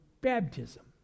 baptism